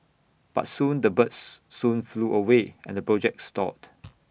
but soon the birds soon flew away and the project stalled